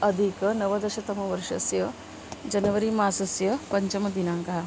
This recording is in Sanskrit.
अधिकनवदशतमवर्षस्य जनवरीमासस्य पञ्चमदिनाङ्कः